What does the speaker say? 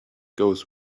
goes